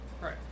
right